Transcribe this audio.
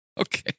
Okay